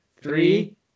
Three